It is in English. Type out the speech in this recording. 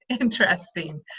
interesting